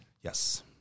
Yes